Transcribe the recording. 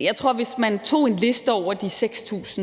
Jeg tror, at hvis man tog en liste over de 6.000